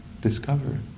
Discover